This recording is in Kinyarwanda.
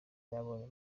yabonye